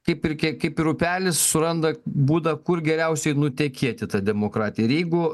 kaip ir kiek kaip ir upelis suranda būdą kur geriausiai nutekėti ta demokratijair jeigu